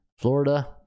florida